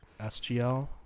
SGL